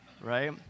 right